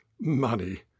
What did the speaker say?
money